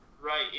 Right